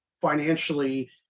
financially